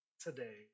today